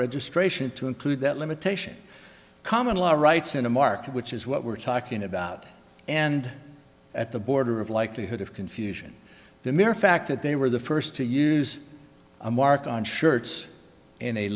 registration to include that limitation common law rights in a market which is what we're talking about and at the border of likelihood of confusion the mere fact that they were the first to use a mark on shirts in a